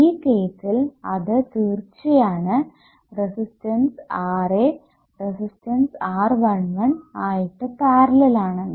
ഈ കേസിൽ അത് തീർച്ചയാണ് റെസിസ്റ്റൻസ് Ra റെസിസ്റ്റൻസ് R11 ആയിട്ട് പാരലൽ ആണെന്ന്